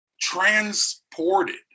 transported